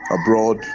abroad